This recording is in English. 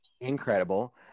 incredible